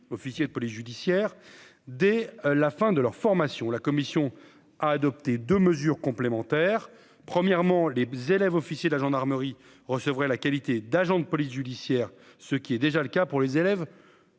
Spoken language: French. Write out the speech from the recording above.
officiers de police judiciaire dès la fin de leur formation, la commission a adopté de mesures complémentaires : premièrement, les élèves officiers de la gendarmerie recevrait la qualité d'agent de police judiciaire, ce qui est déjà le cas pour les élèves.